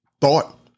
thought